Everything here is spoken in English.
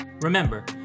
Remember